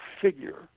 figure